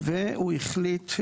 והוא החליט,